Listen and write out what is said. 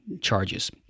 charges